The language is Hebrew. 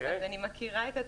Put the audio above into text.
אז אני מכירה את התופעה.